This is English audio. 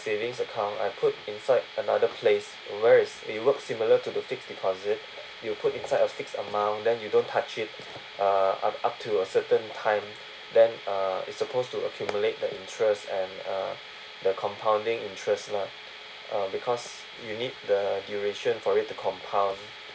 savings account I put inside another place where is it work similar to the fixed deposit you put inside a fixed amount then you don't touch it uh up up to a certain time then uh it's supposed to accumulate the interest and uh the compounding interest lah uh because you need the duration for it to compound